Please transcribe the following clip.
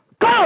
Go